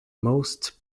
most